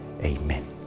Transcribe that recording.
Amen